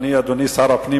אדוני שר הפנים,